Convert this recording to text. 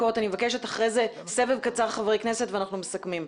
אחר כך סבב קצר של חברי הכנסת ואנחנו מסכמים.